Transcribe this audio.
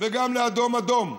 וגם לאדום אדום.